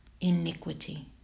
iniquity